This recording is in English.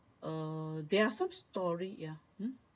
uh there're some story ya hmm